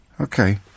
Okay